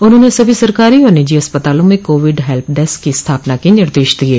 उन्होंने सभी सरकारी और निजी अस्पतालों में कोविड हेल्प डेस्क की स्थापना के निर्देश दिये